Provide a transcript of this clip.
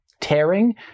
tearing